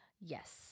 Yes